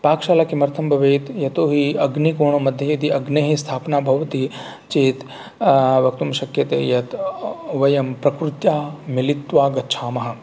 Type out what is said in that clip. पाकशाला किमर्थं भवेत् यतोहि अग्निकोणमध्ये यदि अग्नेः स्थापना भवति चेत् वक्तुं शक्यते यत् वयं प्रकृत्या मिलित्वा गच्छामः